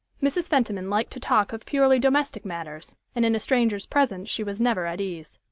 mrs. fentiman liked to talk of purely domestic matters, and in a stranger's presence she was never at ease.